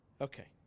Okay